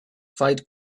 fight